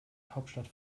hauptstadt